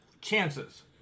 Chances